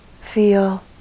feel